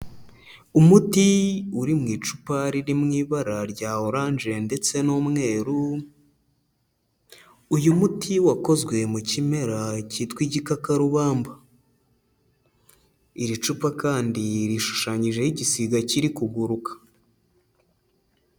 Umuti uri mu icupa riri mu ibara rya oranje ndetse n'umweru, uyu muti wakozwe mu kimera kitwa igikakarubamba, iri cupa kandi rishushanyijeho igisiga kiri kuguruka.